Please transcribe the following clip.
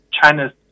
China's